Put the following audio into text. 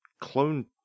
clone